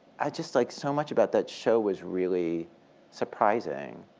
ah just like so much about that show was really surprising,